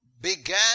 Began